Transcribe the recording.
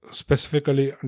specifically